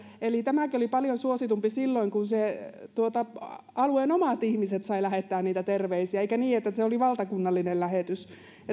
eli tämäkin oli paljon suositumpi silloin kun alueen omat ihmiset saivat lähettää niitä terveisiä eikä niin että se on valtakunnallinen lähetys